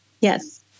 Yes